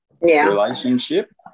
relationship